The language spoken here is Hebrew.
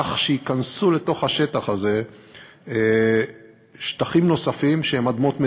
כך שייכנסו לתוך השטח הזה שטחים נוספים שהם אדמות מדינה.